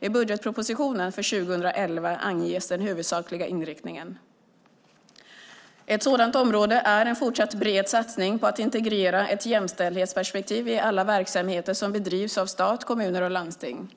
I budgetpropositionen för 2011 anges den huvudsakliga inriktningen. Ett sådant område är en fortsatt bred satsning på att integrera ett jämställdhetsperspektiv i alla verksamheter som bedrivs av stat, kommuner och landsting.